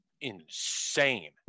insane